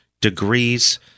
degrees